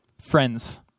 Friends